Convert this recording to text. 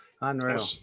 unreal